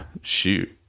shoot